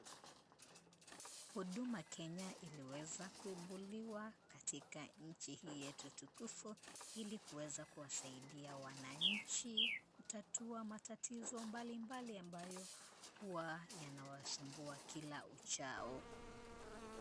Huduma Kenya iliweza kuibuliwa katika nchi hii yetu tukufu ili kuweza kuwasaidia wananchi kutatua matatizo mbalimbali ambayo huwa yanawasumbua kila uchao.